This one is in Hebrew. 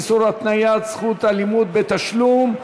איסור התניית זכות הלימוד בתשלום),